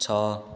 ଛଅ